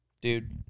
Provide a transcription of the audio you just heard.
Dude